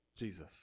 Jesus